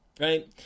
right